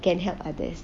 can help others